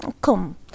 Come